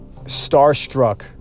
starstruck